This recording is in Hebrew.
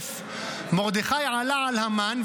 מרדכי עלה על המן,